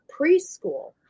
preschool